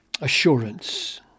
assurance